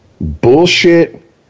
bullshit